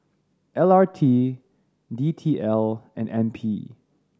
L R T D T L and N P